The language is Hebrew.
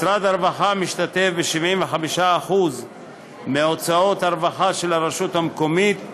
משרד הרווחה משתתף ב-75% מהוצאות הרווחה של הרשות המקומית,